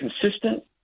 consistent